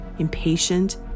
impatient